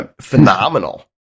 phenomenal